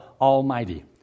Almighty